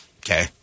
Okay